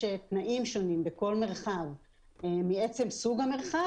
יש תנאים שונים בכל מרחב מעצם סוג המרחב